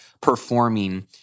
performing